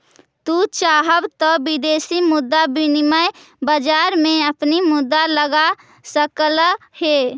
तू चाहव त विदेशी मुद्रा विनिमय बाजार में अपनी मुद्रा लगा सकलअ हे